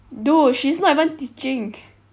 dude she's not even teaching